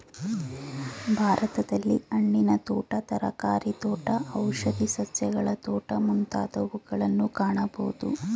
ಭಾರತದಲ್ಲಿ ಹಣ್ಣಿನ ತೋಟ, ತರಕಾರಿ ತೋಟ, ಔಷಧಿ ಸಸ್ಯಗಳ ತೋಟ ಮುಂತಾದವುಗಳನ್ನು ಕಾಣಬೋದು